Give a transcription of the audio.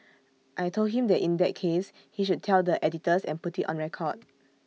I Told him that in that case he should tell the editors and put IT on record